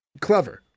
clever